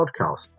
podcast